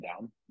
down